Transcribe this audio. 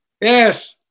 Yes